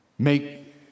make